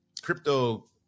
crypto